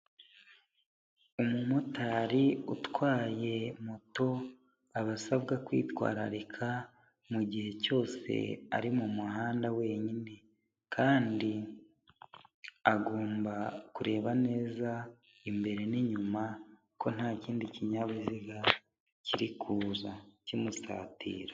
Umumotari utwaye moto aba asabwa kwitwararika mu gihe cyose ari mu muhanda wenyine. Kandi agomba kureba neza imbere n'inyuma ko nta kindi kinyabiziga kiri kuza kimusatira.